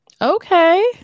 Okay